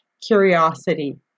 curiosity